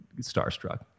starstruck